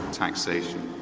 taxation,